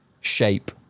shape